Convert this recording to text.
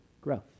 growth